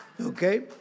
Okay